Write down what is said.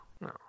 no